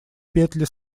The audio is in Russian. петли